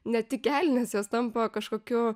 ne tik kelnės jos tampa kažkokiu